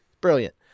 brilliant